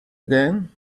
again